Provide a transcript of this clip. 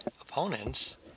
Opponents